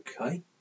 Okay